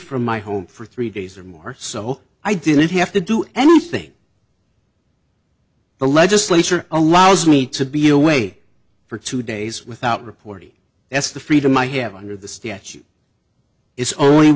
from my home for three days or more so i didn't have to do anything the legislature allows me to be away for two days without reporting s the freedom i have under the statute is only